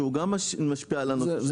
שגם הוא משפיע על הנושא של הבטיחות -- זה